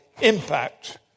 impact